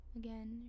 again